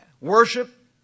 worship